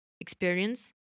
experience